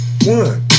One